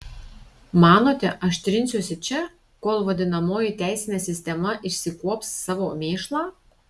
manote aš trinsiuosi čia kol vadinamoji teisinė sistema išsikuops savo mėšlą